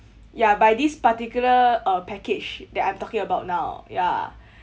ya by this particular uh package that I'm talking about now ya